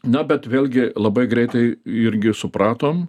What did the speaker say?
na bet vėlgi labai greitai irgi supratom